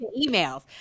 Emails